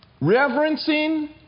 Reverencing